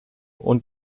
und